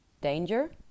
Danger